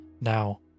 Now